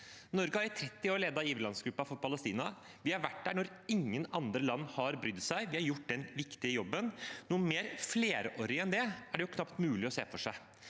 Norge har i 30 år ledet giverlandsgruppen for Palestina. Vi har vært der når ingen andre land har brydd seg. Vi har gjort den viktige jobben. Noe mer flerårig enn det er det jo knapt mulig å se for seg.